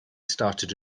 started